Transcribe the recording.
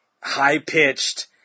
high-pitched